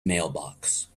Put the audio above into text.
mailbox